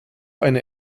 eine